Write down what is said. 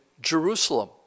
Jerusalem